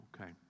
okay